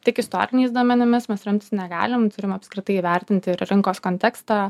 tik istoriniais duomenimis mes remtis negalim turim apskritai įvertinti ir rinkos kontekstą